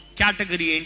category